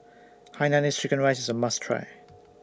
Hainanese Chicken Rice IS A must Try